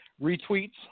retweets